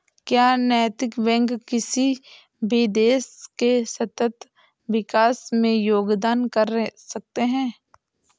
क्या नैतिक बैंक किसी भी देश के सतत विकास में योगदान कर सकते हैं?